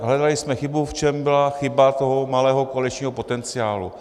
Hledali jsme, v čem byla chyba toho malého koaličního potenciálu.